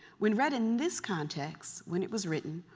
when read in this context, when it was written,